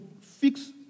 fix